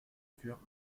furent